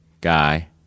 Guy